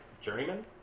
Journeyman